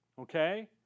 Okay